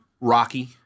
Rocky